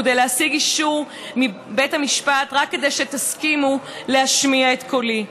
להשיג אישור מבית המשפט רק כדי שתסכימו להשמיע את קולי.